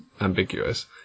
ambiguous